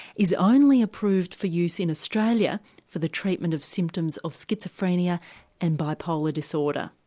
is only approved for use in australia for the treatment of symptoms of schizophrenia and bipolar disorder.